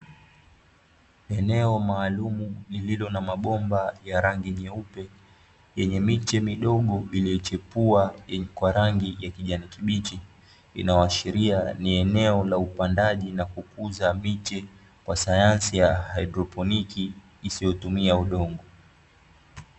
Eno maalumu lililo na mabomba ya rangi nyeupe yenye miche midogo iliyochipua kwa rangi ya kijani kibichi, inayoashiria ni eneo la upandaji na kukuza miche kwa sayansi ya haidroponiki isiyotumia udongo.